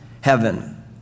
heaven